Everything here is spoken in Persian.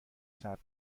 ثبت